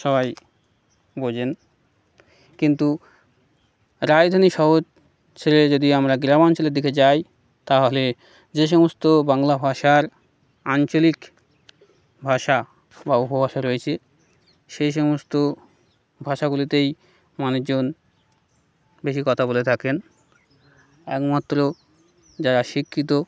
সবাই বোঝেন কিন্তু রাজধানী শহর ছেড়ে যদি আমরা গ্রামাঞ্চলের দিকে যাই তাহলে যে সমস্ত বাংলা ভাষার আঞ্চলিক ভাষা বা উপভাষা রয়েছে সেই সমস্ত ভাষাগুলিতেই মানুষজন বেশি কথা বলে থাকেন একমাত্র যারা শিক্ষিত